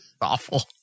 Awful